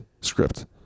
script